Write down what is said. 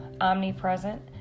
omnipresent